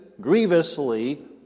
grievously